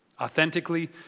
Authentically